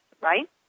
right